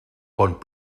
pont